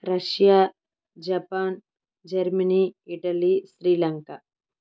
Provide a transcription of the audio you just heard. Russia Japan Germany Italy Sri Lanka